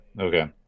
Okay